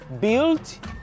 built